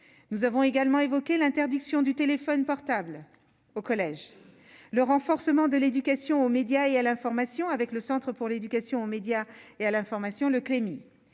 nous avons également évoqué l'interdiction du téléphone portable au collège, le renforcement de l'éducation aux médias et à l'information avec le Centre pour l'éducation aux médias et à l'information, le Clemi,